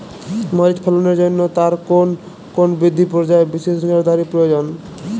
মরিচ ফলনের জন্য তার কোন কোন বৃদ্ধি পর্যায়ে বিশেষ নজরদারি প্রয়োজন?